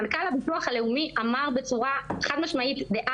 מנכ"ל ביטוח לאומי אמר בצורה חד משמעית אז: